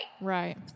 Right